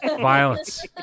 violence